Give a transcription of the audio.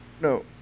No